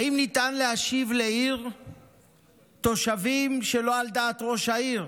האם ניתן להשיב לעיר תושבים שלא על דעת ראש העיר,